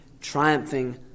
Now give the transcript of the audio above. triumphing